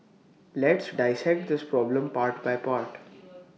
let's dissect this problem part by part